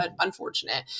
unfortunate